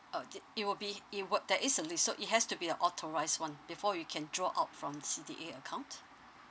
uh it it will be it will there is a list so it has to be a authorised one before you can draw out from C_D_A account